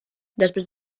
després